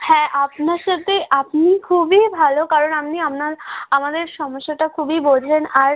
হ্যাঁ আপনার সাথে আপনি খুবই ভালো কারণ আপনি আপনার আমাদের সমস্যাটা খুবই বোঝেন আর